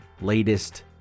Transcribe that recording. latest